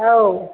औ